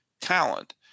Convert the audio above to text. talent